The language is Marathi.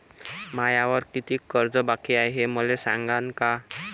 मायावर कितीक कर्ज बाकी हाय, हे मले सांगान का?